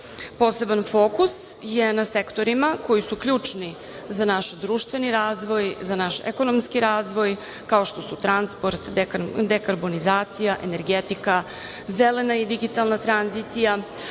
tržište. Poseban fokus je na sektorima koji su ključni za naš društveni razvoj za naš ekonomski razvoj, kao što su transport, dekarbonizacija, energetika, zelena i digitalna tranzicija,